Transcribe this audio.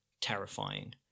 terrifying